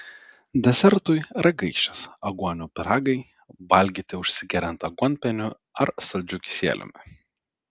desertui ragaišis aguonų pyragai valgyti užsigeriant aguonpieniu ar saldžiu kisieliumi